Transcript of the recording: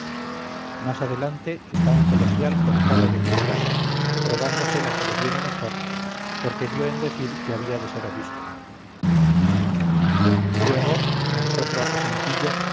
más adelante está un colegial cercado de mitras probándose la que le viene mejor porque dió en decir que había de ser obispo luego en esotro aposentillo está